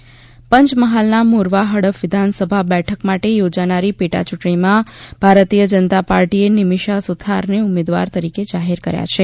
ત પંચમહાલનાં મોરવા હડફ વિધાનસભા બેઠક માટે યોજાનારી પેટા ચૂંટણીમાં ભારતીય જનતા પાર્ટીએ નિમિષા સુથારને ઉમેદવાર તરીકે જાહેર કર્યા છે